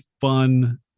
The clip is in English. fun